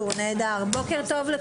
בוקר טוב,